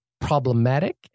problematic